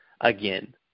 again